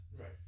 Right